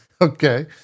Okay